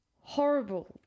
horrible